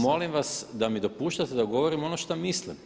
Molim vas da mi dopuštate da govorim ono šta mislim.